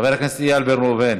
חבר הכנסת איל בן ראובן,